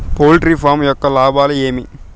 poultry farm యొక్క లాభాలు ఏమి